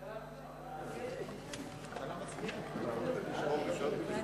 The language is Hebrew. ההצעה להעביר את הצעת חוק הרשות לשימור המורשת של עדות ישראל,